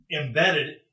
Embedded